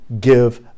give